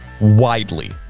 widely